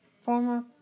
former